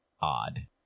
odd